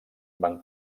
van